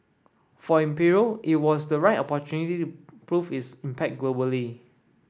for Imperial it was the right prove its impact globally